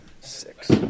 Six